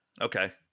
Okay